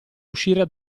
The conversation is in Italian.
uscire